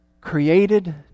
Created